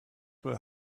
will